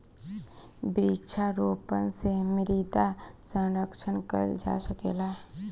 वृक्षारोपण से मृदा संरक्षण कईल जा सकेला